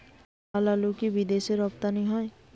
লালআলু কি বিদেশে রপ্তানি হয়?